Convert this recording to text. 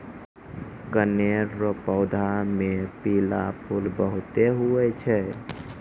कनेर रो पौधा मे पीला फूल बहुते हुवै छै